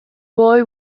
boy